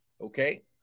Okay